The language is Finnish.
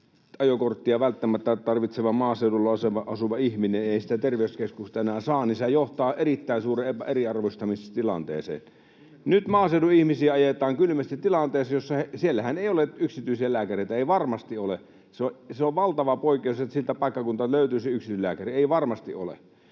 ajokorttia välttämättä tarvitseva maaseudulla asuva ihminen ei sitä terveyskeskuksesta enää saa, niin sehän johtaa erittäin suureen eriarvoistamistilanteeseen. [Aki Lindén: Nimenomaan!] Nyt maaseudun ihmisiä ajetaan kylmästi tilanteeseen, kun siellähän ei ole yksityislääkäreitä, ei varmasti ole. Se on valtava poikkeus, että sieltä paikkakunnalta löytyisi yksityislääkäri. Ei varmasti ole.